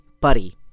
Buddy